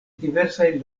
diversaj